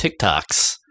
TikToks